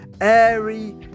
Airy